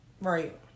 Right